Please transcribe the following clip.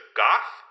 goth